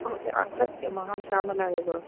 सत्यम् अहं श्यामला एव